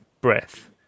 breath